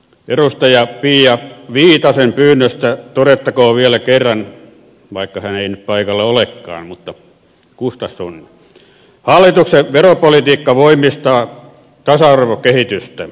edustaja pia viitasen pyynnöstä todettakoon vielä kerran vaikka hän ei nyt paikalla olekaan mutta gustafsson on että hallituksen veropolitiikka voimistaa tasaverokehitystä